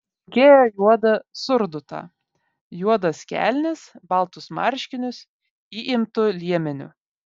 vilkėjo juodą surdutą juodas kelnes baltus marškinius įimtu liemeniu